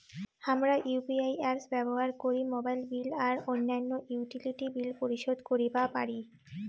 হামরা UPI apps ব্যবহার করি মোবাইল বিল আর অইন্যান্য ইউটিলিটি বিল পরিশোধ করিবা পারি